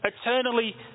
eternally